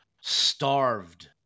starved